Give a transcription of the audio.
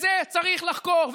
את זה צריך לחקור.